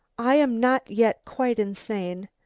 i am not yet quite insane,